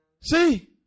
See